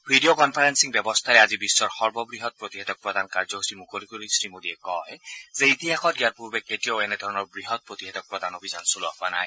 video conferencing ব্যৱস্থাৰে আজি বিশ্বৰ সৰ্বব্হৎ প্ৰতিষেধক প্ৰদান কাৰ্যসূচী মুকলি কৰি শ্ৰীমোদীয়ে কয় যে ইতিহাসত ইয়াৰ পূৰ্বে কেতিয়াও এনে ধৰণৰ বৃহৎ প্ৰতিষেধক প্ৰদান অভিযান চলোৱা হোৱা নাই